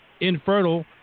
infertile